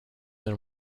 than